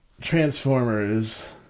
Transformers